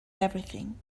everything